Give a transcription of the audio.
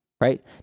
right